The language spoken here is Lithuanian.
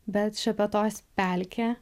bet šepetos pelkė